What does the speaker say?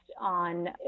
on